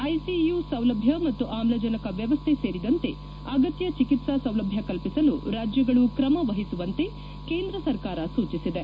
ICU ಸೌಲಭ್ಯ ಮತ್ತು ಆಮ್ಲಜನಕ ವ್ಯವಸ್ಥೆ ಸೇರಿದಂತೆ ಅಗತ್ಯ ಚಿಕಿತ್ಸಾ ಸೌಲಭ್ಯ ಕಲ್ಪಿಸಲು ರಾಜ್ಯಗಳು ಕ್ರಮ ವಹಿಸುವಂತೆ ಕೇಂದ್ರ ಸರ್ಕಾರ ಸೂಚಿಸಿದೆ